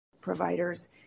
providers